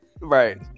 right